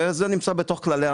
זה נמצא בתוך כללי המשחק.